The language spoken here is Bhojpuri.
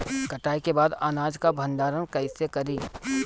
कटाई के बाद अनाज का भंडारण कईसे करीं?